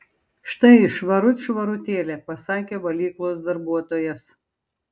štai švarut švarutėlė pasakė valyklos darbuotojas